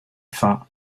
faim